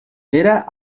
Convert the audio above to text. era